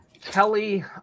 Kelly